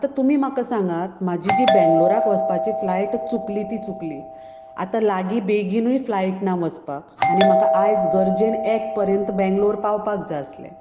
आतां तुमी म्हाका सांगात म्हाजी जी बेंगलोराक वचपाची फ्लायट चुकली ती चुकली आतां लागी बेगीनूय फ्लायट ना वचपाक आनी म्हाका आयज गरजेन एक पर्यंत बेंगलोर पावपाक जाय आसलें